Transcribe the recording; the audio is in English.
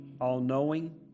all-knowing